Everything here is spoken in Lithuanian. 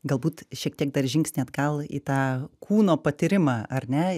galbūt šiek tiek dar žingsnį atgal į tą kūno patyrimą ar ne